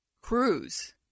cruise